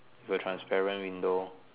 got transparent window